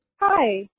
Hi